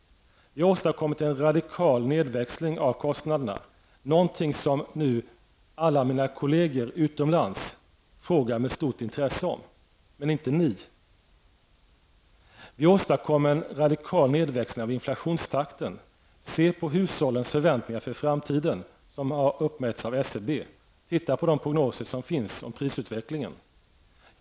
Vi har åstadkommit en radikal nedväxling av kostnaderna. Det är något som alla mina kolleger utomlands frågar med stort intresse om, men inte ni. Vi åstadkommer en radikal nedväxling av inflationstakten. Se på hushållens förväntningar för framtiden, som har uppmätts av SCB. Titta på de prognoser som finns om prisutvecklingen.